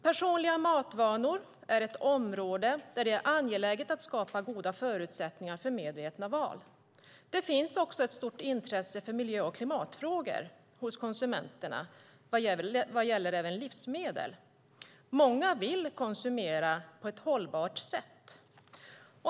Personliga matvanor är ett område där det är angeläget att skapa goda förutsättningar för medvetna val. Det finns också ett stort intresse för miljö och klimatfrågor hos konsumenterna även vad gäller livsmedel. Många vill konsumera på ett hållbart sätt.